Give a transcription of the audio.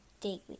daily